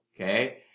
okay